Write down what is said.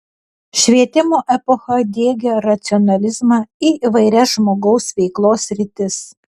švietimo epocha diegė racionalizmą į įvairias žmogaus veiklos sritis